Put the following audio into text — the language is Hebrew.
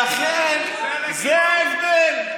ולכן, זה ההבדל.